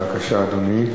בבקשה, אדוני.